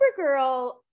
Supergirl